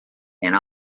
and